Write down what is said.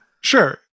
Sure